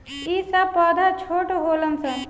ई सब पौधा छोट होलन सन